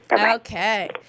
Okay